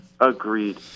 Agreed